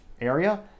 area